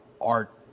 art